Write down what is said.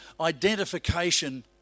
identification